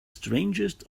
strangest